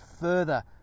further